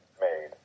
made